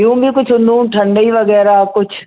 ॿियूं बि कुझु नूं ठंडई वगै़रह कुझु